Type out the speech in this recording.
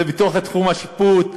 זה בתוך תחום השיפוט.